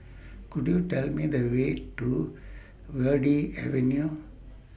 Could YOU Tell Me The Way to Verde Avenue